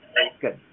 Good